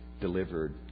delivered